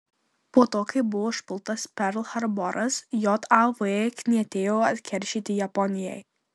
po to kai buvo užpultas perl harboras jav knietėjo atkeršyti japonijai